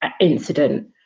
incident